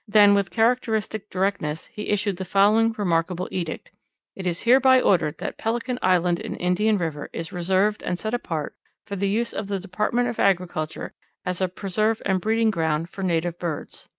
than with characteristic directness he issued the following remarkable edict it is hereby ordered that pelican island in indian river is reserved and set apart for the use of the department of agriculture as a preserve and breeding ground for native birds.